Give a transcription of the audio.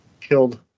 Killed